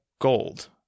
Gold